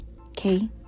okay